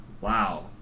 Wow